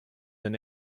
and